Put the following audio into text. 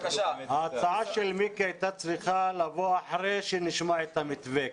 ההצעה של מיקי זוהר הייתה צריכה לבוא אחרי שנשמע את המתווה.